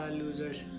losers